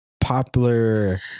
popular